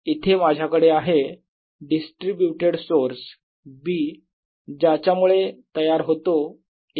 इथे माझ्याकडे आहे डिस्ट्रीब्यूटेड सोर्स B ज्याच्यामुळे तयार होतो A